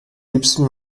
liebsten